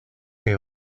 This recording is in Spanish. que